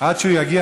עד שהוא יגיע,